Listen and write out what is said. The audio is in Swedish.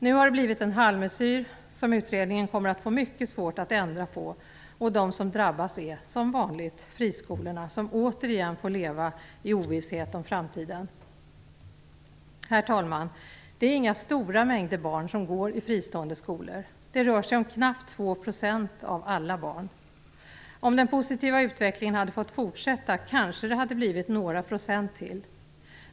Nu har det blivit en halvmesyr som utredningen kommer att få mycket svårt att ändra på, och de som drabbas är som vanligt friskolorna som återigen får leva i ovisshet om framtiden. Herr talman! Det är inga stora mängder barn som går i fristående skolor. Det rör sig om knappt två procent av alla skolbarn. Om den positiva utvecklingen hade fått fortsätta kanske det hade blivit några procent ytterligare.